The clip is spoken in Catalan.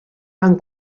van